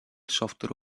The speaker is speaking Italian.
software